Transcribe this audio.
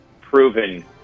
proven